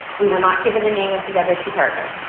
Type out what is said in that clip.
we are not given the name of the other two partners.